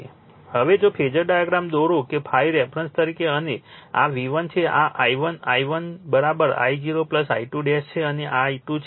હવે જો phasor diagram દોરો કે ∅ રેફરન્સ તરીકે અને આ V1 છે આ I1 I1 I0 I2 છે અને આ I2 છે